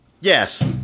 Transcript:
Yes